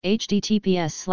https